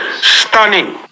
Stunning